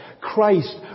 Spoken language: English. Christ